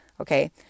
okay